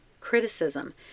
criticism